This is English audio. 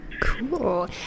Cool